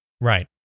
right